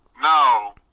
no